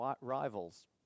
rivals